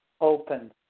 open